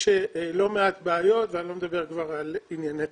יש לא מעט בעיות ואני לא מדבר כבר על ענייני תחבורה.